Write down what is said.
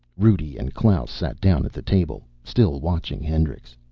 rudi and klaus sat down at the table, still watching hendricks.